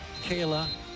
Kayla